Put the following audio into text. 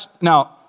Now